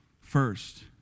first